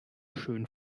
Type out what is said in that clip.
schön